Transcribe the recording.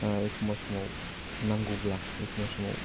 एखमबा समाव नांगौब्ला एखमबा समाव